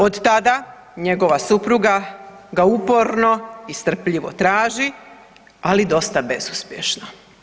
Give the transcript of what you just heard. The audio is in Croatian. Od tada njegova supruga ga uporno i strpljivo traži ali dosta bezuspješno.